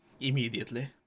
immediately